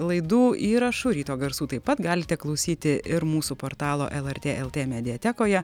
laidų įrašų ryto garsų taip pat galite klausyti ir mūsų portalo lrt lt mediatekoje